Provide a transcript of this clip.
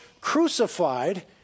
crucified